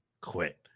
quit